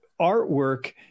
artwork